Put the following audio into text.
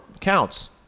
counts